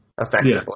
effectively